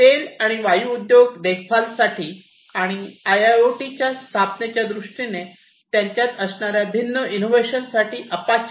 तेल आणि वायू उद्योग देखभाल साठी आणि आयआयओटीच्या स्थापनेच्या दृष्टीने त्यांच्यात असणार्या भिन्न इनोव्हेशन साठी अपाचे